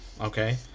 Okay